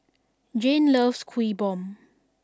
Jayne loves Kuih Bom